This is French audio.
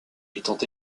étant